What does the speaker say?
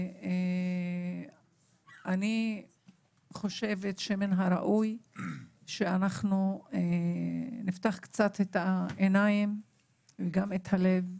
ואני חושבת שמן הראוי שנפתח קצת את העיניים ואת הלב,